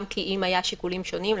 היו גם שיקולים שונים,